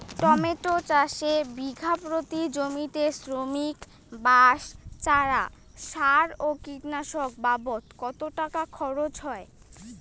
Tomato চাষে বিঘা প্রতি জমিতে শ্রমিক, বাঁশ, চারা, সার ও কীটনাশক বাবদ কত টাকা খরচ হয়?